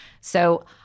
So-